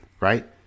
right